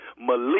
Malik